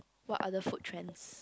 what other food trends